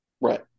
Right